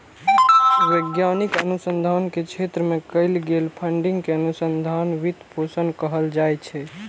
वैज्ञानिक अनुसंधान के क्षेत्र मे कैल गेल फंडिंग कें अनुसंधान वित्त पोषण कहल जाइ छै